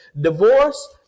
divorce